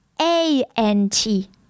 A-N-T